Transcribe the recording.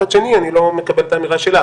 מצד שני אני לא מקבל את האמירה שלך,